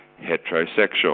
heterosexual